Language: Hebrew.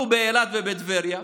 אנחנו לא נגד שיקבלו באילת ובטבריה,